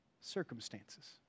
circumstances